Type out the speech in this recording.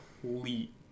complete